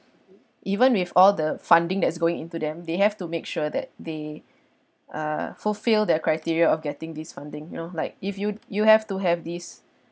even with all the funding that's going into them they have to make sure that they uh fulfill their criteria of getting this funding you know like if you you have to have these